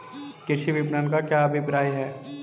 कृषि विपणन का क्या अभिप्राय है?